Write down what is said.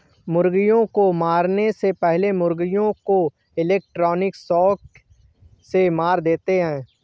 मुर्गियों को मारने से पहले मुर्गियों को इलेक्ट्रिक शॉक से मार देते हैं